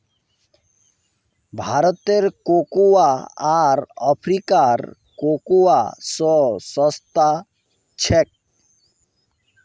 भारतेर कोकोआ आर अफ्रीकार कोकोआ स सस्ता छेक